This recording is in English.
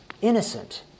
innocent